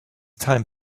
time